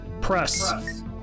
Press